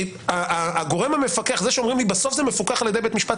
זה שאומרים לי שבסוף זה מפוקח על ידי בית משפט,